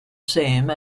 same